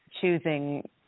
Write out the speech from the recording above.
choosing